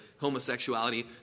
homosexuality